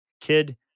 kid